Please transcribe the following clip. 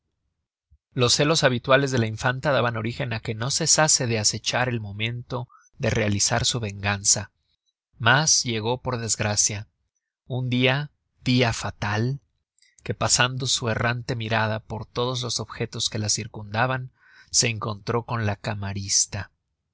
los celos habituales de la infanta daban orígen á que no cesase de acechar el momento de realizar su venganza mas llegó por desgracia un dia dia fatal que pasando su errante mirada por todos los objetos que la circundaban se encontró con la camarista